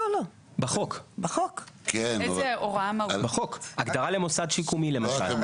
לא, בחוק, הגדרה למוסד שיקומי למשל.